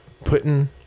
putting